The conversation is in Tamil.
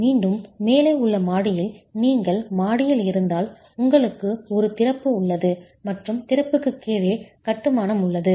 மீண்டும் மேலே உள்ள மாடியில் நீங்கள் மாடியில் இருந்தால் உங்களுக்கு ஒரு திறப்பு உள்ளது மற்றும் திறப்புக்கு கீழே கட்டுமானம் உள்ளது